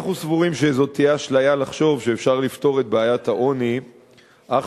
אנחנו סבורים שזו תהיה אשליה לחשוב שאפשר לפתור את בעיית העוני אך